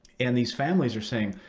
and these families are saying,